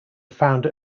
founder